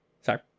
Sorry